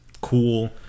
cool